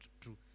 true